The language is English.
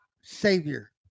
Savior